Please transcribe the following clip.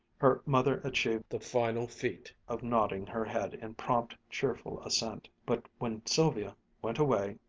her mother achieved the final feat of nodding her head in prompt, cheerful assent. but when sylvia went away,